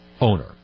owner